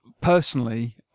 personally